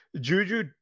Juju